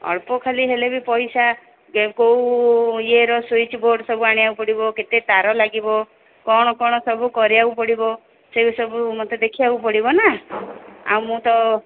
ଅଳ୍ପ ଖାଲି ହେଲେ ବି ପଇସା ଯେ କୋଉ ଇଏର ସୁଇଚ୍ ବୋର୍ଡ୍ ସବୁ ଆଣିବାକୁ ପଡ଼ିବ କେତେ ତାର ଲାଗିବ କ'ଣ କ'ଣ ସବୁ କରିବାକୁ ପଡ଼ିବ ସେଇ ସବୁ ମୋତେ ଦେଖିବାକୁ ପଡ଼ିବ ନା ଆଉ ମୁଁ ତ